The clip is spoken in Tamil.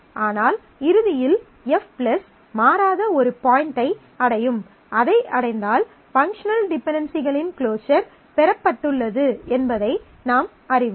ஆனால் இறுதியில் F மாறாத ஒரு பாய்ண்டை அடையும் அதை அடைந்தால் பங்க்ஷனல் டிபென்டென்சிகளின் க்ளோஸர் பெறப்பட்டுள்ளது என்பதை நாம் அறிவோம்